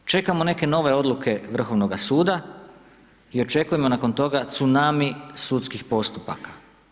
Čekamo neke nove odluke Vrhovnoga suda i očekujemo nakon toga tsunami sudskih postupaka.